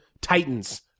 titans